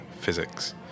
physics